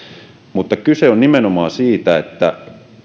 mutta kyse on nimenomaan siitä että